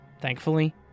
Thankfully